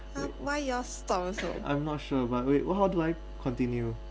I'm not sure but wait what how do I continue